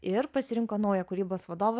ir pasirinko naują kūrybos vadovą